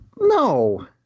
No